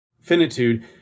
finitude